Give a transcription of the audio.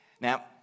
Now